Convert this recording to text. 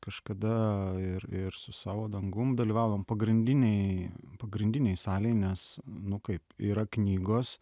kažkada ir ir su savo dangum dalyvavom pagrindinėj pagrindinėj salėj nes nu kaip yra knygos